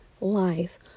life